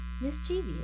Mischievous